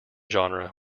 genre